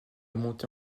montée